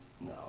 No